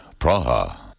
Praha